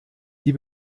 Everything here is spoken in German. die